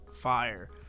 fire